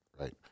right